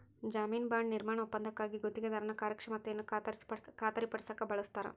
ಜಾಮೇನು ಬಾಂಡ್ ನಿರ್ಮಾಣ ಒಪ್ಪಂದಕ್ಕಾಗಿ ಗುತ್ತಿಗೆದಾರನ ಕಾರ್ಯಕ್ಷಮತೆಯನ್ನ ಖಾತರಿಪಡಸಕ ಬಳಸ್ತಾರ